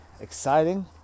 exciting